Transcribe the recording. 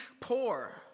poor